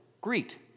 Greet